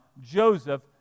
Joseph